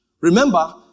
Remember